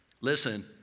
Listen